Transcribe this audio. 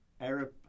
Arab